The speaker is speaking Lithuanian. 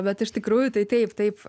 bet iš tikrųjų tai taip taip